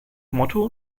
motto